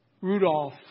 Rudolf